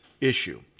Issue